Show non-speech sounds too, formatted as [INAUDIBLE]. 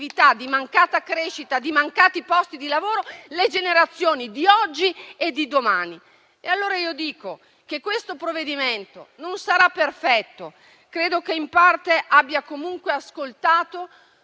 di mancata crescita e di mancati posti di lavoro, le generazioni di oggi e di domani. [APPLAUSE] Questo provvedimento non sarà perfetto, ma credo che in parte abbia ascoltato